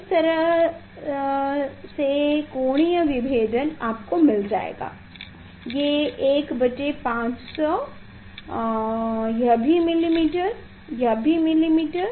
इस तरह से कोणीय विभेदन आपको मिल जाएगा 1 बटे 500 यह भी मिलीमीटर यह भी मिलीमीटर